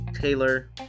Taylor